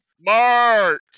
Mark